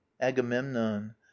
Agamemnon